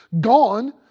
gone